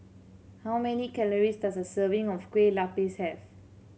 how many calories does a serving of Kueh Lopes have